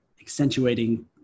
accentuating